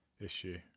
issue